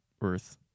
Earth